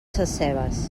sescebes